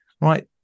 right